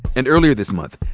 and earlier this month,